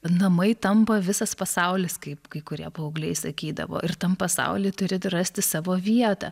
namai tampa visas pasaulis kaip kai kurie paaugliai sakydavo ir tam pasauly turi rasti savo vietą